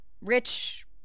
rich